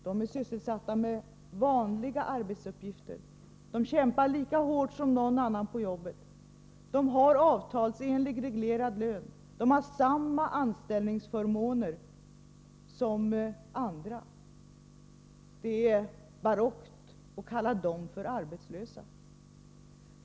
De är sysselsatta med vanliga arbetsuppgifter. De kämpar lika hårt som någon annan på jobbet. De har avtalsenlig, reglerad lön. De har samma anställningsförmåner som andra. Det är barockt att kalla dem för arbetslösa.